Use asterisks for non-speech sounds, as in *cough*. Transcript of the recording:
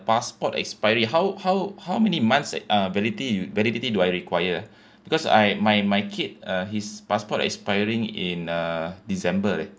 passport expiry how how how many months ex~ uh validity validity do I require *breath* because I my my kid uh his passport expiring in uh december leh